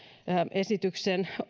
esityksen